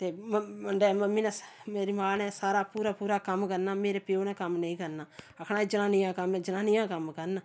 ते डै मम्मी ने मेरी मां ने सारा पूरा पूरा कम्म करना मेरे प्यो ने कम्म नेईं करना आखना जनाननियें दा कम्म ऐ जनानियां गै कम्म करन